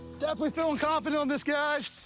definitely feeling confident on this, guys!